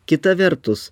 kita vertus